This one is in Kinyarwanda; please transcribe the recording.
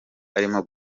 arimo